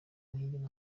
ntiyigeze